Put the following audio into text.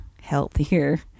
healthier